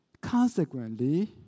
Consequently